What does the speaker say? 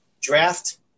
Draft